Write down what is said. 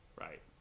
right